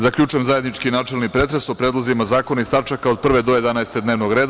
Zaključujem zajednički načelni pretres o predlozima zakona iz tačaka od 1. do 11. dnevnog reda.